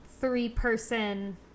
three-person